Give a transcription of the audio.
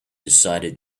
decided